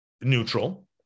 neutral